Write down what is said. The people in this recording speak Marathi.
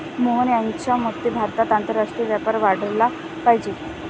मोहन यांच्या मते भारतात आंतरराष्ट्रीय व्यापार वाढला पाहिजे